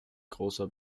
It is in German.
großer